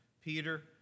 Peter